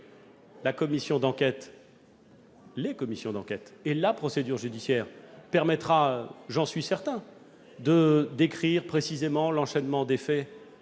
caché les faits ! Les commissions d'enquête et la procédure judiciaire permettront- j'en suis certain -de décrire précisément l'enchaînement des faits